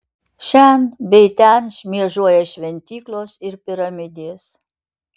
šen bei ten šmėžuoja šventyklos ir piramidės